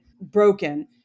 broken